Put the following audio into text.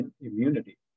immunity